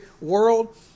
world